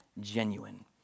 genuine